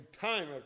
time